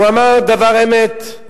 הוא אמר דבר אמת.